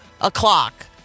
o'clock